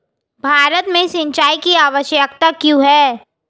भारत में सिंचाई की आवश्यकता क्यों है?